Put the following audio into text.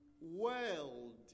world